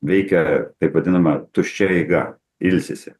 veikia taip vadinama tuščia eiga ilsisi